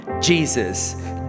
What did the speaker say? Jesus